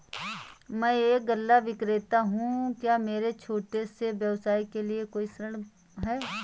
मैं एक गल्ला विक्रेता हूँ क्या मेरे छोटे से व्यवसाय के लिए कोई ऋण है?